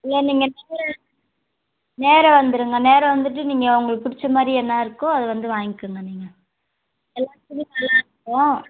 இல்லை நீங்கள் நேராக நேராக வந்துடுங்க நேராக வந்துட்டு நீங்கள் உங்களுக்கு பிடிச்ச மாதிரி என்ன இருக்கோ அது வந்து வாங்கிக்கங்க நீங்கள் எல்லா துணியும் நல்லாயிருக்கும்